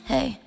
Hey